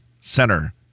Center